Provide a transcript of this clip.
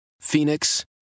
Phoenix